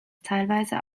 teilweise